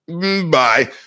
Bye